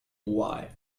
why